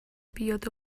بیاد